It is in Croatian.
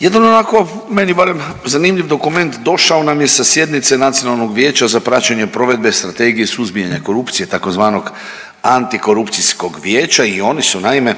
Jedan onako meni barem zanimljiv dokument došao nam je sa sjednice Nacionalnog vijeća za praćenje provedbe Strategije suzbijanja korupcije tzv. Antikorupcijskog vijeća i oni su naime